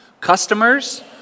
Customers